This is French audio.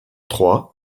trois